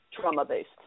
trauma-based